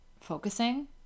focusing